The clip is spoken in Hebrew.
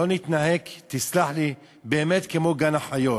לא נתנהג, תסלח לי, באמת כמו גן-החיות.